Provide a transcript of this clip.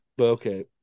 okay